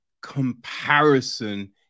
comparison